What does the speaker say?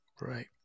Right